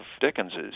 Dickens's